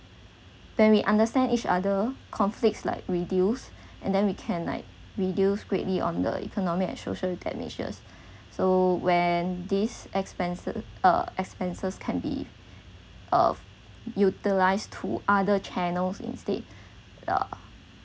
then we understand each other conflicts like reduce and then we can like reduced greatly on the economic and social damages so when this expenses uh expenses can be uh utilised to other channels instead